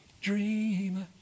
Dreamer